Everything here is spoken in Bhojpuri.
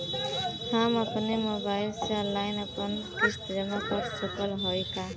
हम अपने मोबाइल से ऑनलाइन आपन किस्त जमा कर सकत हई का?